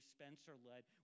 Spencer-led